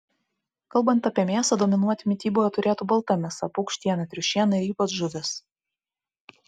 kalbant apie mėsą dominuoti mityboje turėtų balta mėsa paukštiena triušiena ir ypač žuvis